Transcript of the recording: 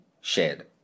shared